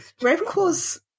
ravenclaws